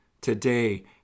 Today